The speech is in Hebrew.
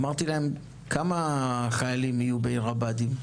אמרתי להם: כמה חיילים יהיו בעיר הבה"דים?